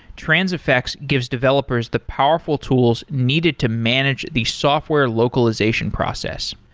transifex gives developers the powerful tools needed to manage the software localization process.